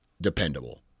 dependable